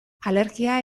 alergia